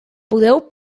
podeu